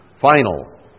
final